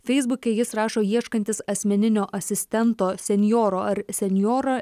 feisbuke jis rašo ieškantis asmeninio asistento senjoro ar senjorą